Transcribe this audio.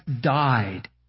died